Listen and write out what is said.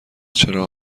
چرا